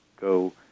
go